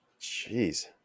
Jeez